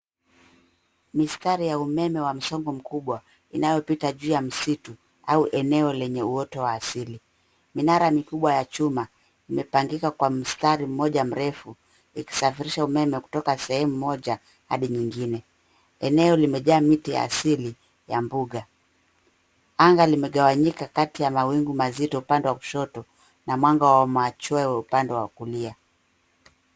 Mistari ya umeme wa msongo mkubwa inayopita juu ya msitu au eneo lenye uoto wa asili. Minara mikubwa ya chuma imepangika kwa mstari mmoja mrefu ikisafirisha umeme kutoka sehemu moja hadi nyingine. Eneo limejaa miti ya asili ya mbuga. Anga limegawanyika kati ya mawingu mazito upande wa kushoto na mwanga wa machweo upande wa kulia.